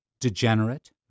degenerate